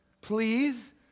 please